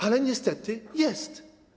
Ale niestety jest.